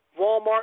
Walmart